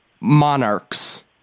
monarchs